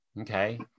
Okay